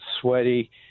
sweaty